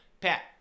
Pat